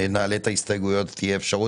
נעלה את ההסתייגויות תהיה אפשרות להתייחס.